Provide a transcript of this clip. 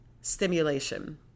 stimulation